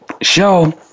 show